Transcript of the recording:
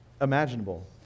imaginable